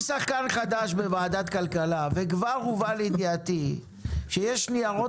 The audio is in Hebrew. אני שחקן בוועדת כלכלה וכבר הובא לידיעתי שיש ניירות